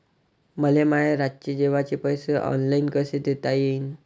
मले माया रातचे जेवाचे पैसे ऑनलाईन कसे देता येईन?